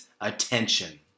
attention